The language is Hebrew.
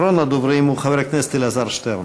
אחרון הדוברים, חבר הכנסת אלעזר שטרן.